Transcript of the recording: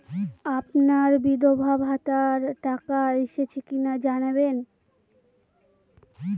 আমার বিধবাভাতার টাকা এসেছে কিনা জানাবেন?